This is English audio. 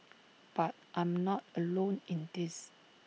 but I'm not alone in this